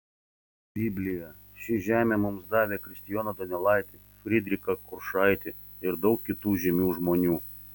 biblija ši žemė mums davė kristijoną donelaitį frydrichą kuršaitį ir daug kitų žymių žmonių